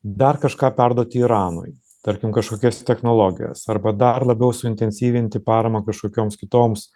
dar kažką perduoti iranui tarkim kažkokias technologijas arba dar labiau suintensyvinti paramą kažkokioms kitoms